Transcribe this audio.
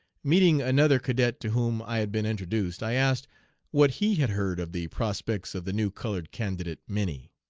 meeting another cadet to whom i had been introduced i asked what he had heard of the prospects of the new colored candidate, minnie.